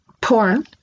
porn